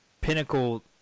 pinnacle